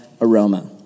aroma